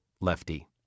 Lefty